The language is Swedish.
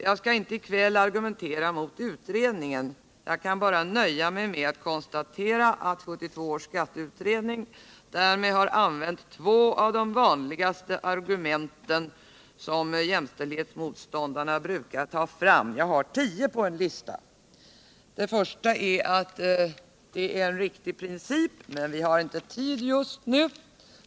Jag skall inte i kväll argumentera emot utredningen, utan jag nöjer mig med att konstatera att 1972 års skatteutredning därmed har använt två av de vanligaste argument som jämställdhetsmotståndarna brukar ta fram —jag har en lista på tio sådana. Det första argumentet är att det är en riktig princip men att vi inte har tid just nu.